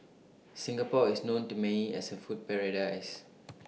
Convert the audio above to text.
Singapore is known to may as A food paradise